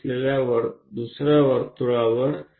અને આ વર્તુળ સતત બીજા વર્તુળ પર ફરે છે